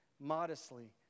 modestly